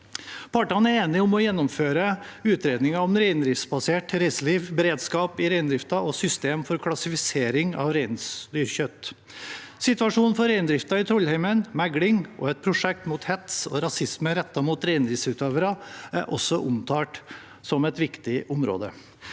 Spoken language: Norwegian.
Partene er enige om å gjennomføre utredninger om reindriftsbasert reiseliv, beredskap i reindriften og systemet for klassifisering av reinsdyrkjøtt. Situasjonen for reindriften i Trollheimen, megling og et prosjekt mot hets og rasisme rettet mot reindriftsutøvere er også omtalt som viktige områder.